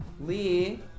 Lee